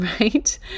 right